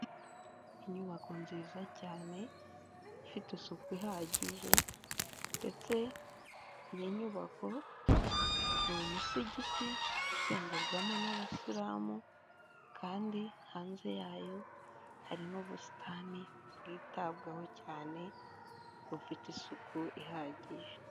Inyubako nziza cyane, ifite isuku ihagije, ndetse iyi nyubako, ni umusigiti usengerwamo n'abasilamu kandi hanze yayo hari n'ubusitani bwitabwaho cyane, bufite isuku ihagije.